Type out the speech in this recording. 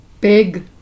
Big